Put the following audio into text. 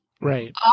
Right